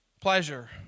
pleasure